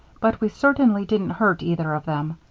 but we certainly didn't hurt either of them.